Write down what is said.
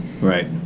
right